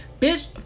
Bitch